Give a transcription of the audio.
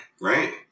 right